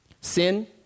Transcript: sin